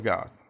God